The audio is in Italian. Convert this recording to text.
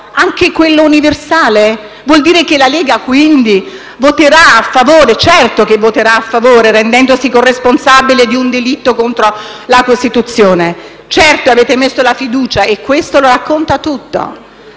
anche quello universale? Vuol dire che la Lega voterà a favore? Certo che lo farà, rendendosi corresponsabile di un delitto contro la Costituzione. Certo, avete messo la fiducia e questo racconta tutto.